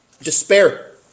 Despair